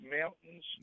mountains